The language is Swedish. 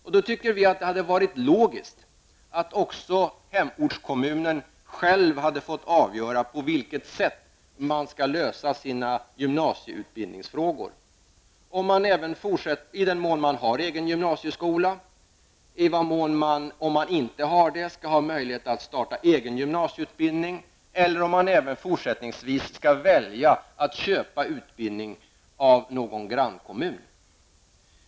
Därför tycker vi att det hade varit logiskt att hemortskommunen själv kunde ha fått avgöra på vilket sätt man skall lösa sina gymnasieutbildningsfrågor, i den mån man har en egen gymnasieskola. Om man inte har någon sådan, skall man ha möjlighet att starta en egen gymnasieutbildning eller välja att även fortsättningsvis köpa platser av en grannkommun.